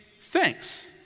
thanks